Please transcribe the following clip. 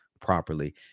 properly